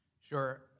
Sure